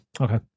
okay